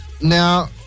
Now